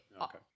okay